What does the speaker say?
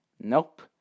Nope